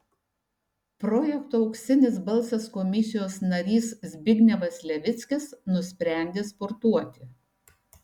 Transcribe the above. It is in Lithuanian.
projekto auksinis balsas komisijos narys zbignevas levickis nusprendė sportuoti